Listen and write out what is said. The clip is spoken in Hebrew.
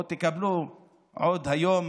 או תקבלו עוד היום,